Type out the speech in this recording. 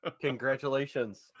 congratulations